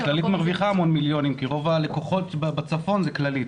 כללית מרוויחה המון מיליונים כי רוב הלקוחות בצפון זה כללית.